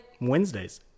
Wednesdays